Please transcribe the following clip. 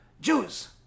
Jews